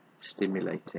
stimulating